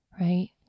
right